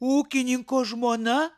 ūkininko žmona